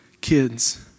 kids